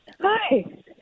Hi